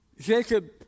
Jacob